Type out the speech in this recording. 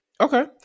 Okay